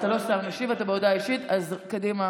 אתה לא סתם משיב, אתה בהודעה אישית, אז קדימה.